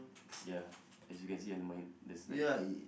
ya as you can see on mine there's like